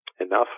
enough